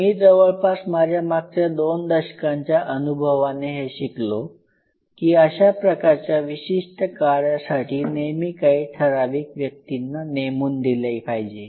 मी जवळपास माझ्या मागच्या दोन दशकांच्या अनुभवाने हे शिकलो की अशा प्रकारच्या विशिष्ट कार्यासाठी नेहमी काही ठराविक व्यक्तींना नेमून दिले पाहिजे